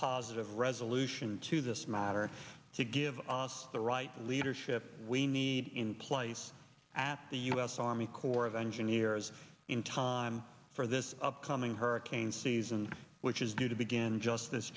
positive resolution to this matter to give us the right leadership we need in place at the u s army corps of engineers in time for this upcoming hurricane season which is due to begin just